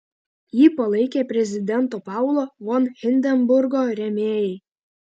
jį palaikė prezidento paulo von hindenburgo rėmėjai